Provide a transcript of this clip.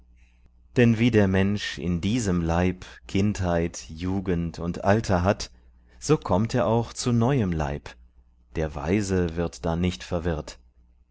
denn wie der mensch in diesem leib kindheit jugend und alter hat so kommt er auch zu neuem leib der weise wird da nicht verwirrt